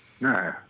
No